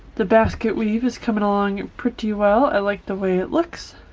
the basket weave is coming along and pretty well. i like the way it looks.